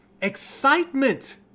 excitement